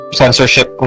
censorship